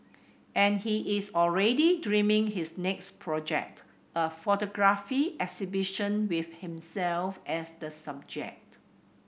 and he is already dreaming his next project a photography exhibition with himself as the subject